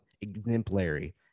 exemplary